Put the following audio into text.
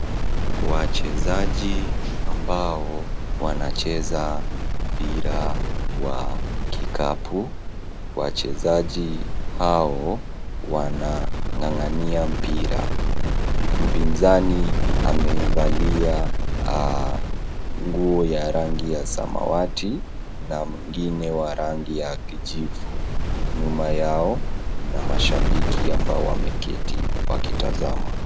Wachezaji ambao wanacheza mpira wa kikapu. Wachezaji hao wanang'ang'ania mpira. Mpinzani amevalia nguo ya rangi ya samawati na mwingine wa rangi ya kijivu nyuma yao, na mashabiki ambao wameketi wakitazama.